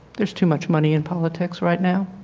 there is too much money in politics right now.